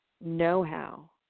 know-how